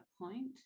point